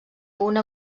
una